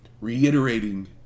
reiterating